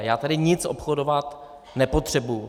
Já tady nic obchodovat nepotřebuji.